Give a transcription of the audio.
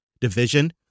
division